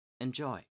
Enjoy